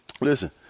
listen